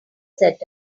set